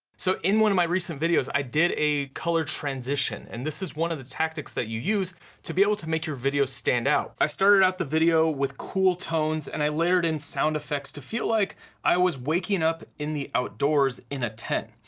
so in one of my recent videos, i did a color transition and this is one of the tactics that you use to be able to make your video stand out. i started out the video with cool tones and i layered in sound effects to feel like i was waking up in the outdoors in a tent.